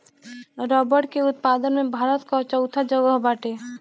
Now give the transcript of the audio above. रबड़ के उत्पादन में भारत कअ चउथा जगह बाटे